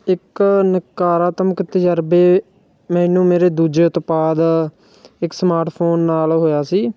ਇੱਕ ਨਕਾਰਾਤਮਕ ਤਜਰਬੇ ਮੈਨੂੰ ਮੇਰੇ ਦੂਜੇ ਉਤਪਾਦ ਇੱਕ ਸਮਾਟਫੋਨ ਨਾਲ ਹੋਇਆ ਸੀ